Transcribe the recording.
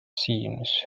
scenes